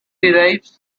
derives